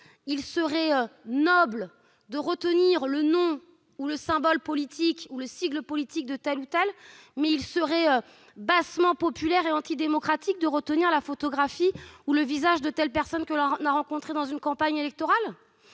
et noble de retenir le nom, le symbole politique ou le sigle politique de tel ou tel, alors qu'il serait bassement populaire et antidémocratique de retenir la photographie ou le visage de telle personne qu'on a rencontrée au cours d'une campagne électorale ?